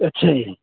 ਅੱਛਾ ਜੀ